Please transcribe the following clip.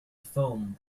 foam